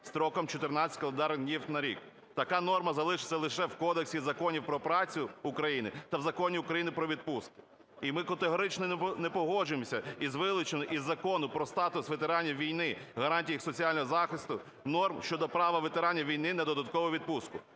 строком 14 календарних днів на рік. Така норма залишиться лише в Кодексі законів про працю України та в Законі України "Про відпустки". І ми категорично не погоджуємося із вилученням із Закону "Про статус ветеранів війни, гарантії їх соціального захисту" норм щодо права ветеранів війни на додаткову відпустку.